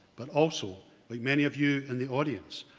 but also like many of you in the audience,